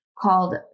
called